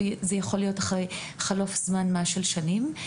זה יכול להיות אחרי חלוף זמן של שנים.